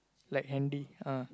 like handy ah